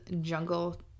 jungle